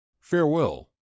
farewell